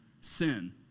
sin